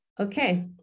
Okay